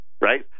Right